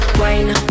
wine